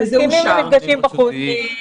מסכימים למפגשים בחוץ.